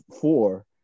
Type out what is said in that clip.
four